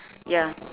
ya